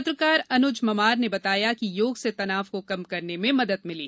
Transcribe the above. पत्रकार अनुज ममार ने बताया कि योग से तनाव को कम करने में मदद मिली